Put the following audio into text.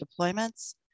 deployments